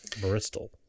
Bristol